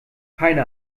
keine